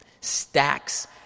Stacks